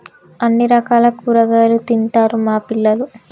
అన్ని రకాల కూరగాయలు తింటారు మా పిల్లలు